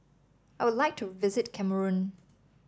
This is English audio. I would like to visit Cameroon